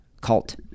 cult